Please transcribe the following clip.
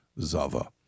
Zava